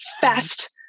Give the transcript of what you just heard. fast